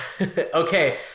Okay